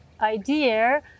idea